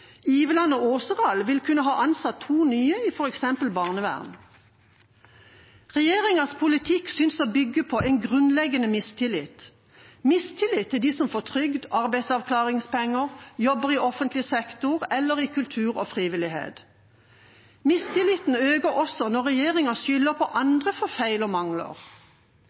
Iveland og Åseral kunne ha ansatt to nye i f.eks. barnevernet. Regjeringas politikk synes å bygge på en grunnleggende mistillit – en mistillit til dem som får trygd eller arbeidsavklaringspenger, eller som jobber i offentlig sektor eller innen kultur og frivillighet. Mistilliten øker også når regjeringa skylder på andre for feil og mangler.